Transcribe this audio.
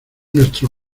nuestro